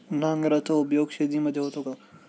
नांगराचा उपयोग शेतीमध्ये होतो का?